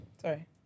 Sorry